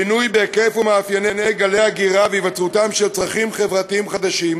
השינוי בהיקף ובמאפייני גלי ההגירה והיווצרותם של צרכים חברתיים חדשים,